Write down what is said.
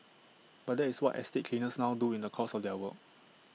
but that is what estate cleaners now do in the course of their work